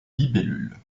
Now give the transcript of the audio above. libellules